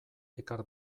ekar